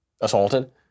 assaulted